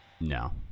no